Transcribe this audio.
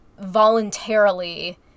voluntarily